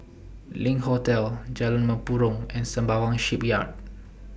LINK Hotel Jalan Mempurong and Sembawang Shipyard